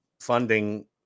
Funding